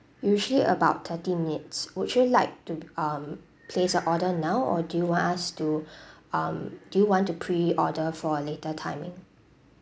usually about thirty minutes would you like to um place your order now or do you want us to um do you want to pre-order for a later timing